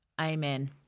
Amen